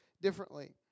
differently